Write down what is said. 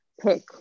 pick